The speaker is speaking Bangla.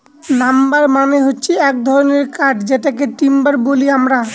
নাম্বার মানে হচ্ছে এক ধরনের কাঠ যেটাকে টিম্বার বলি আমরা